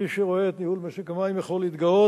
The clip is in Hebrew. מי שרואה את ניהול משק המים יכול להתגאות.